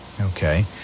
Okay